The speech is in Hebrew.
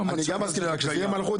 כשזאת תהיה מלכות,